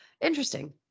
Interesting